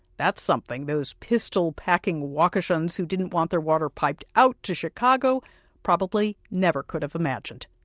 that's something those pistol-packing waukeshans who didn't want their water piped out to chicago probably never could have imagined.